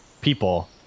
people